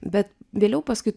bet vėliau paskui